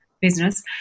business